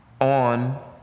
on